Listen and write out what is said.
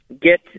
get